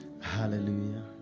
Hallelujah